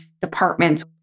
departments